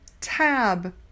Tab